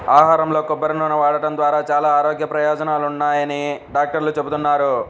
ఆహారంలో కొబ్బరి నూనె వాడటం ద్వారా చాలా ఆరోగ్య ప్రయోజనాలున్నాయని డాక్టర్లు చెబుతున్నారు